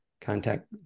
contact